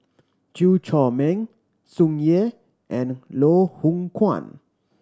Chew Chor Meng Tsung Yeh and Loh Hoong Kwan